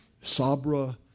Sabra